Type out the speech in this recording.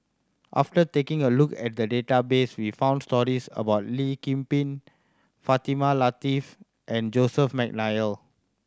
after taking a look at the database we found stories about Lee Kip Lin Fatimah Lateef and Joseph McNally